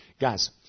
guys